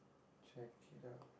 check it out